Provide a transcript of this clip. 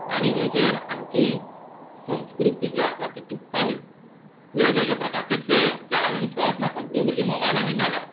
आनी हाजेर आमची संस्कृती जी आसा ती टिकताली वेगवेगळे प्रकारचे खेळ जे आयज आमी खेळत ना सगळीं भुरगीं मोबायलांनी मेल्या